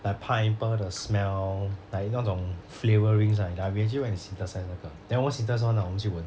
like pineapple the smell like 那种 flavourings ah ya we actually went to synthesise 那个 then 我们 synthesise 完我们就闻